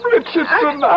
Richardson